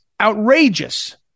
outrageous